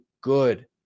good